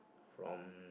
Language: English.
from